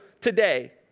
today